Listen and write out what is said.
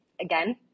again